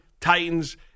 Titans